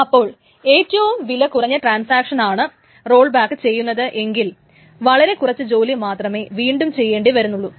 അപ്പോൾ ഏറ്റവും വില കുറഞ്ഞ ട്രാൻസാക്ഷനാണ് റോൾ ബാക്ക് ചെയ്യുന്നത് എങ്കിൽ വളരെ കുറച്ചു ജോലിമാത്രമേ വീണ്ടും ചെയ്യേണ്ടി വരികയുള്ളു